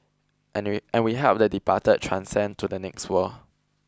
and we and we help the departed transcend to the next world